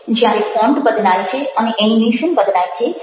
જ્યારે ફોન્ટ બદલાય છે અને એનિમેશન બદલાય છે